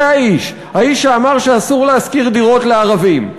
זה האיש שאמר שאסור להשכיר דירות לערבים.